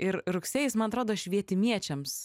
ir rugsėjis man atrodo švietimiečiams